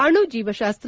ಅಣು ಜೀವಶಾಸ್ತ್ರ